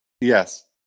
Yes